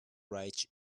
ridge